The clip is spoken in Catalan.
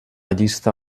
llista